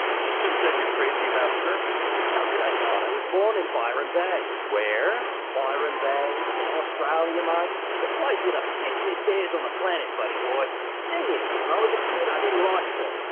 she just said you're crazy about surfing how could i not i was born in byron bay where? byron bay in australia might the place with a bitch and his days on the planet buddy boy thing is when i was a kid i didn't like surfing.